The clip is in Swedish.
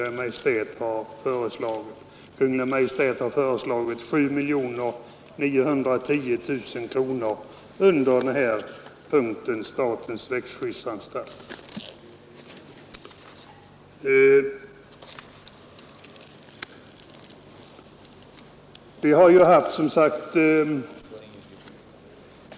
Det belopp som föreslås i reservationen 7 a är 204 000 kronor större än det Kungl. Maj:t har föreslagit under punkten Statens växtskyddsanstalt, nämligen 7 910 000 kronor.